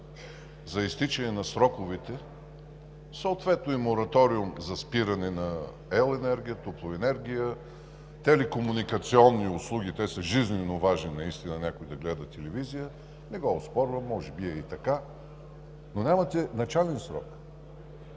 за изтичане на сроковете, съответно и мораториум за спиране на електроенергия, топлоенергия, телекомуникационни услуги – те са жизненоважни, някой да гледа телевизия, не го оспорвам, може би е така, но нямате начален срок.